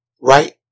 right